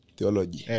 Theology